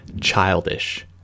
childish